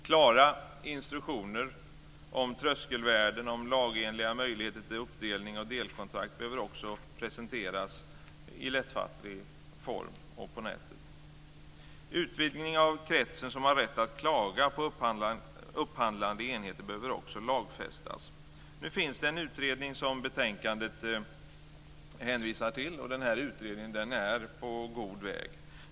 Klara instruktioner om tröskelvärden och lagenliga möjligheter till uppdelning av delkontrakt behöver vidare presenteras i lättfattlig form, också på nätet. Utvidgningen av kretsen som har rätt att klaga på upphandlande enheter behöver lagfästas. Nu finns det en utredning som betänkandet hänvisar till, och den utredningen är på god väg.